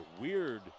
weird